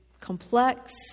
complex